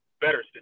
better